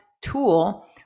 tool